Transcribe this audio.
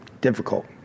difficult